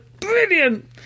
Brilliant